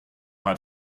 hat